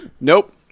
Nope